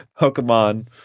Pokemon